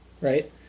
Right